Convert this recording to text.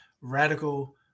radical